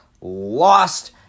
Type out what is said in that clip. Lost